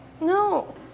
No